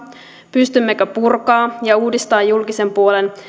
pystymmekö purkamaan ja uudistamaan julkisen puolen